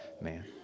man